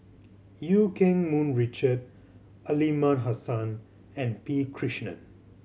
Eu Keng Mun Richard Aliman Hassan and P Krishnan